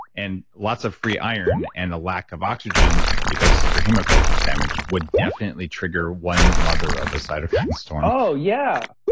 and lots of free iron, and a lack of oxygen because your hemoglobin is damaged, would definitely trigger one mother of a cytokine storm oh yeah.